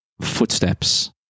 footsteps